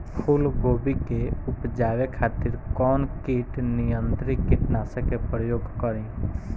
फुलगोबि के उपजावे खातिर कौन कीट नियंत्री कीटनाशक के प्रयोग करी?